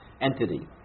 entity